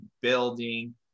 building